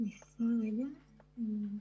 שנשמעו פה.